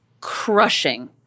crushing